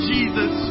Jesus